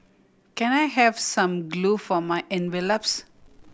can I have some glue for my envelopes